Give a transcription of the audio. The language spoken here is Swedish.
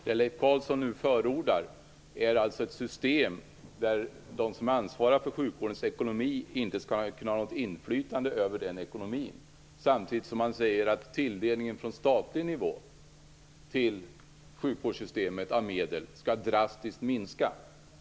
Fru talman! Det Leif Carlson nu förordar är ett system där de som ansvarar för sjukvårdens ekonomi inte skall kunna ha något inflytande över den ekonomin, samtidigt som man säger att tilldelningen från statlig nivå av medel till sjukvårdssystemet skall drastiskt minska.